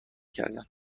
کردن